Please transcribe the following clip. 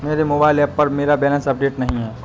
मेरे mobile app पर मेरा बैलेंस अपडेट नहीं है